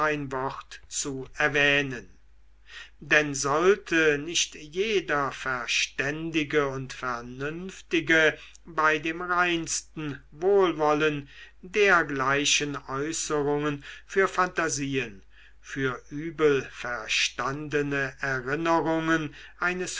zu erwähnen denn sollte nicht jeder verständige und vernünftige bei dem reinsten wohlwollen dergleichen äußerungen für phantasien für übelverstandene erinnerungen eines